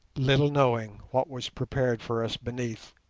little knowing what was prepared for us beneath,